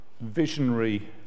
visionary